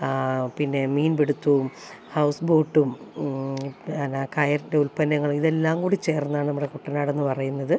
പിന്നെ മീൻ പിടിത്തവും ഹൗസ് ബോട്ടും പിന്നെ കയറിൻ്റെ ഉൽപ്പന്നങ്ങൾ ഇതെല്ലാം കൂടി ചേർന്നാണ് നമ്മുടെ കുട്ടനാടെന്ന് പറയുന്നത്